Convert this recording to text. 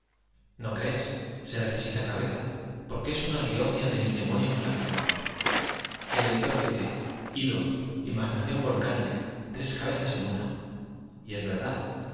no creas necesita cabeza tomando aliento se es una liornia de mi demonios la que arma porque mos el editor dice ido imaginación volcánica tres cabezas en una y es verdad